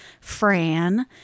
Fran